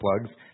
plugs